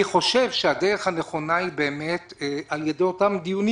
אני חושב שהדרך הנכונה היא באמת על ידי הדיונים